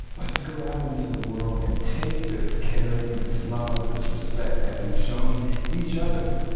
let's go out into the world and take this caring, this love, this respect that we've shown each other